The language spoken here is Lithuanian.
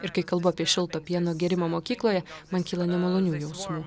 ir kai kalbu apie šilto pieno gėrimą mokykloje man kyla nemalonių jausmų